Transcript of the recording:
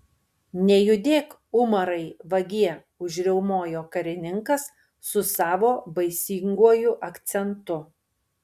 nejudėk umarai vagie užriaumojo karininkas su savo baisinguoju akcentu